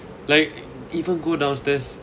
like even go downstairs